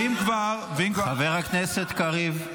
ואם כבר, ואם כבר --- חבר הכנסת קריב.